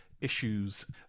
issues